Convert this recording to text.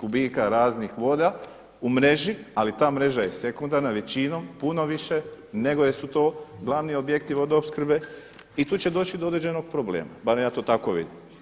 kubika raznih voda u mreži ali ta mreža je sekundarna većinom puno više nego su to glavni objekti vodoopskrbe i tu će doći do određenog problema barem ja to tako vidim.